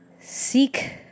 seek